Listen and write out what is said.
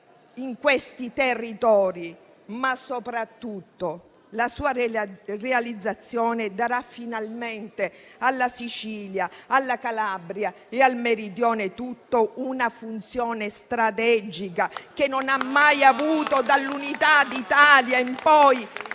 in questi territori, ma soprattutto la sua realizzazione darà finalmente alla Sicilia, alla Calabria e al Meridione tutto una funzione strategica che non ha mai avuto dall'Unità d'Italia in poi